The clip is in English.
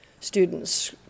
students